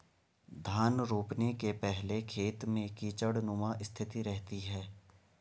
धान रोपने के पहले खेत में कीचड़नुमा स्थिति रहती है